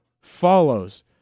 follows